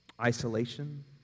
isolation